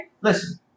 Listen